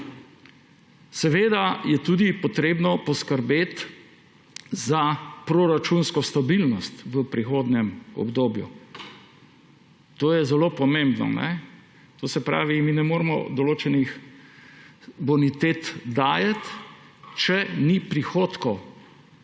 Seveda je tudi potrebno poskrbeti za proračunsko stabilnost v prihodnjem obdobju, to je zelo pomembno. Mi ne moremo določenih bonitet dajati, če ni prihodkov